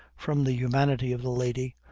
from the humanity of the lady,